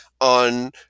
on